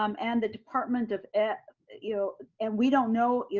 um and the department of ed you know and we don't know,